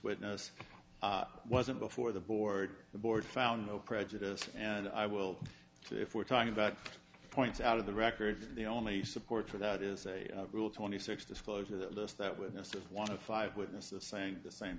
witness wasn't before the board the board found no prejudice and i will if we're talking about points out of the records the only support for that is a rule twenty six disclosure that lists that witness of one of five witnesses saying the same